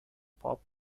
pop